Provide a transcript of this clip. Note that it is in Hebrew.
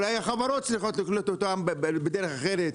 אולי החברות צריכות לקלוט אותם בדרך אחרת,